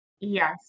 Yes